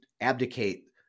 abdicate